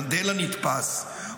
מנדלה נתפס,